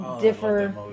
differ